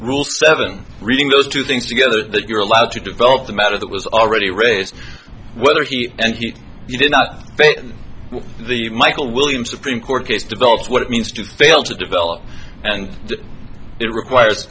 rule seven reading those two things together that you're allowed to develop the matter that was already raised whether he and you did not think that the michael williams supreme court case develops what it means to fail to develop and it requires